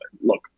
look